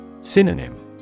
Synonym